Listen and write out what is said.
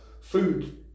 food